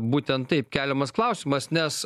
būtent taip keliamas klausimas nes